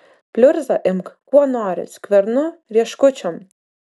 pliurzą imk kuo nori skvernu rieškučiom